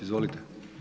Izvolite!